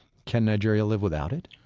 can nigeria live without it?